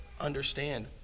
understand